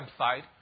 website